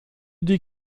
die